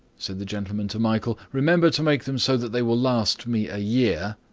said the gentleman to michael, remember to make them so that they will last me a year.